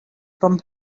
from